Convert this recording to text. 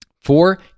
Four